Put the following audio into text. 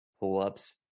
pull-ups